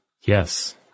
yes